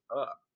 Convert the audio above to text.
up